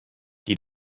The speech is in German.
die